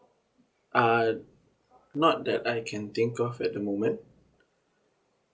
uh not that I can think of at the moment